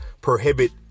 prohibit